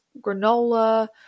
granola